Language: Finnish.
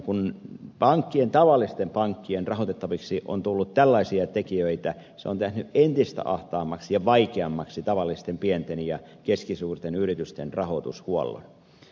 kun tavallisten pankkien rahoitettaviksi on tullut tällaisia tekijöitä se on tehnyt entistä ahtaammaksi ja vaikeammaksi tavallisten pienten ja keskisuurten yritysten rahoitushuollon